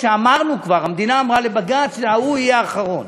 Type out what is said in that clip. כשאמרנו כבר כשהמדינה אמרה לבג"ץ שההוא יהיה האחרון.